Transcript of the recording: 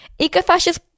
ecofascists